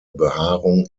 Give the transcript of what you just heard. behaarung